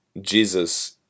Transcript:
Jesus